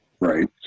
Right